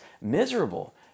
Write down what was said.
miserable